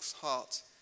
heart